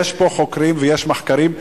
יש פה חוקרים ויש מחקרים,